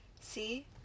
See